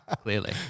clearly